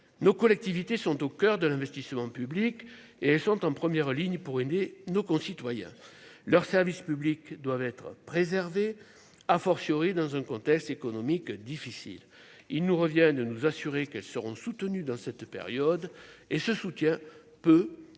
nos collectivités sont au coeur de l'investissement public et elles sont en première ligne pour aider nos concitoyens leur service publics doivent être préservés, a fortiori dans un contexte économique difficile, ils nous reviennent nous assurer qu'elles seront soutenus dans cette période et ce soutien peut et